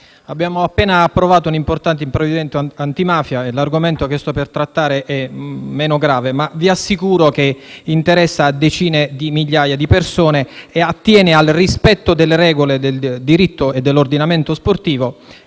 abbiamo appena approvato un importante provvedimento antimafia e l'argomento che sto per trattare è meno grave, ma vi assicuro che interessa a decine di migliaia di persone e attiene al rispetto delle regole del diritto e dell'ordinamento sportivo